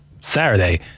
Saturday